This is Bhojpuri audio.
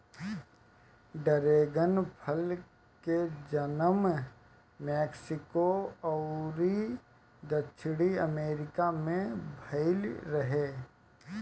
डरेगन फल के जनम मेक्सिको अउरी दक्षिणी अमेरिका में भईल रहे